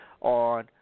on